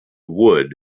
wood